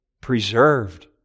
preserved